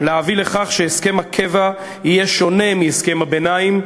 להביא לכך שהסכם הקבע יהיה שונה מהסכם הביניים,